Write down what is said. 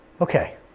Okay